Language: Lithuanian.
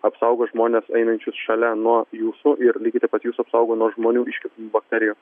apsaugo žmones einančius šalia nuo jūsų ir lygiai taip pat jus apsaugo nuo žmonių iš bakterijų